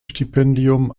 stipendium